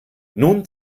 nun